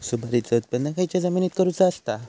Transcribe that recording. सुपारीचा उत्त्पन खयच्या जमिनीत करूचा असता?